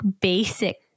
basic